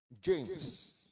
James